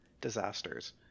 disasters